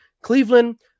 Cleveland